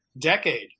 decade